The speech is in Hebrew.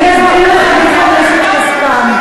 אני אסביר לך מי חומס את כספם.